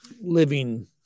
living